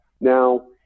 Now